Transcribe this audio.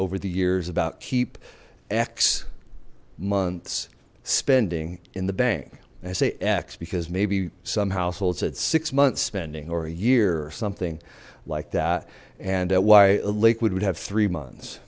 over the years about keep x months spending in the bank i say x because maybe some household said six months spending or a year or something like that and why lakewood would have three months